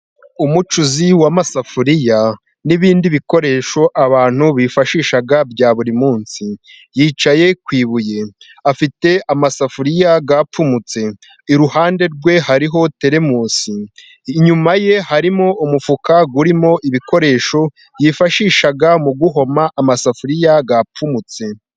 Umucuzi w'amasafuriya n'ibindi bikoresho abantu bifashisha bya buri munsi. Yicaye ku ibuye afite amasafuriya yapfumutse. Iruhande rwe hariho teremusi, inyuma ye harimo umufuka urimo ibikoresho yifashisha mu guhoma amasafuriya yapfumutse.